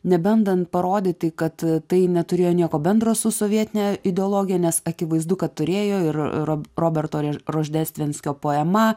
nebendant parodyti kad tai neturėjo nieko bendro su sovietine ideologija nes akivaizdu kad turėjo ir rob roberto roždestvenskio poema